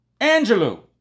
Angelo